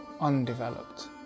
undeveloped